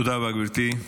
תודה רבה, גברתי.